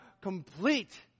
complete